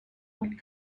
what